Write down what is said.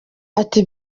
ati